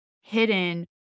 hidden